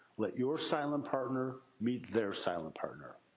let your silent partner meet their silent partner,